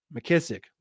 McKissick